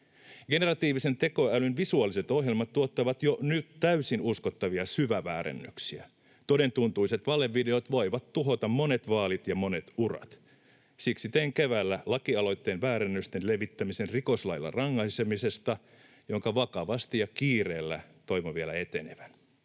Generatiivisen tekoälyn visuaaliset ohjelmat tuottavat jo nyt täysin uskottavia syväväärennöksiä. Todentuntuiset valevideot voivat tuhota monet vaalit ja monet urat. Siksi tein keväällä väärennösten levittämisestä rankaisemisesta rikoslailla lakialoitteen, jonka vakavasti ja kiireellä toivon vielä etenevän.